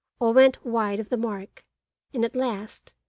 or went wide of the mark and at last,